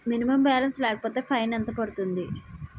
Minimum balance లేకపోతే fine ఎంత పడుతుంది?